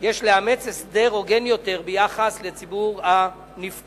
יש לאמץ הסדר הוגן יותר ביחס לציבור הנפקעים,